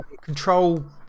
control